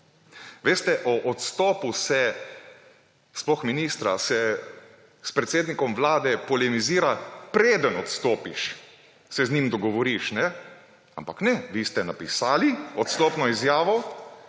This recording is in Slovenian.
Veste, o odstopu, sploh ministra, se s predsednikom Vlade polemizira, preden odstopiš. Se z njim dogovoriš. Ampak ne, vi ste napisali odstopno izjavo,